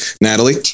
Natalie